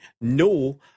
no